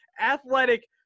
athletic